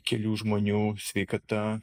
kelių žmonių sveikata